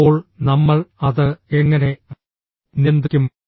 അപ്പോൾ നമ്മൾ അത് എങ്ങനെ നിയന്ത്രിക്കും